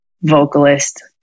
vocalist